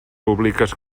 públiques